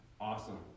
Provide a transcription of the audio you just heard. Awesome